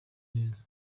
neza